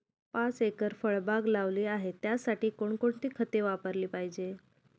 पाच एकर फळबाग लावली आहे, त्यासाठी कोणकोणती खते वापरली पाहिजे?